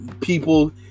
People